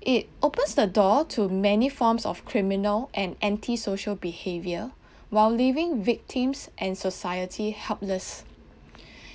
it opens the door to many forms of criminal and anti social behaviour while leaving victims and society helpless